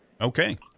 Okay